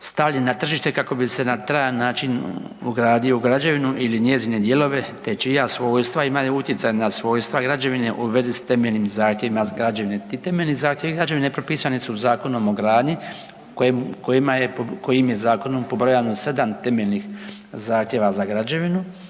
stavljen na tržište kako bi se na trajan način ugradio u građevinu ili njezine dijelove te čija svojstva imaju utjecaj na svojstva građevine u vezi s temeljnim zahtjevima građevine. Ti temeljni zahtjevi građevine propisani su Zakonom o gradnji kojim je zakonom pobrojano 7 temeljnih zahtjeva za građevinu,